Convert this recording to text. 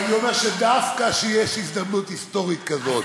אבל אני אומר שדווקא כשיש הזדמנות היסטורית כזאת,